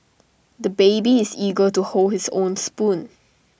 the baby is eager to hold his own spoon